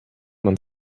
man